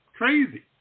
Crazy